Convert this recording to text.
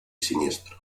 siniestro